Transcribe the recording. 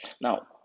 Now